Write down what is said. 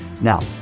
Now